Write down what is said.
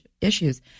issues